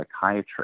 psychiatry